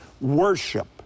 worship